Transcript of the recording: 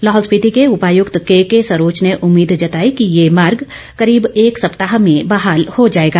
लाहौल स्पिति के उपायुक्त केके सरोच ने उम्मीद जताई कि ये मार्ग करीब एक सप्ताह में बहाल हो जाएगा